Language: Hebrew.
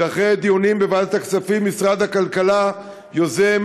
שאחרי הדיונים בוועדת הכספים משרד הכלכלה יוזם